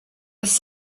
was